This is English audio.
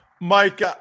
Mike